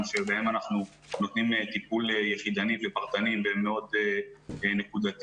שלהם אנחנו נותנים טיפול יחידני ופרטני מאוד נקודתי.